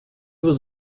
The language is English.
was